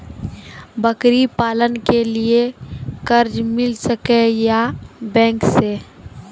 बकरी पालन के लिए कर्ज मिल सके या बैंक से?